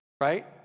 right